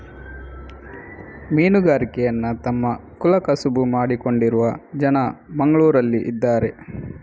ಮೀನುಗಾರಿಕೆಯನ್ನ ತಮ್ಮ ಕುಲ ಕಸುಬು ಮಾಡಿಕೊಂಡಿರುವ ಜನ ಮಂಗ್ಳುರಲ್ಲಿ ಇದಾರೆ